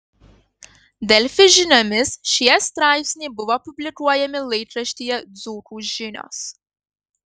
delfi žiniomis šie straipsniai buvo publikuojami laikraštyje dzūkų žinios